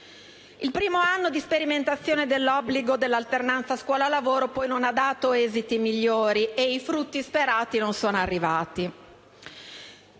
Il primo anno di sperimentazione dell'obbligo dell'alternanza scuola-lavoro, poi, non ha dato esiti migliori e i frutti sperati non sono arrivati.